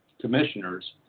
commissioners